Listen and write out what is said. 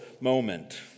moment